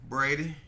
Brady